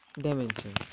dimension